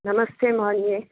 नमस्ते मान्ये